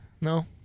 No